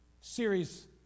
series